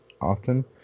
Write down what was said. often